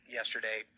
yesterday